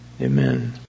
Amen